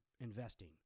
investing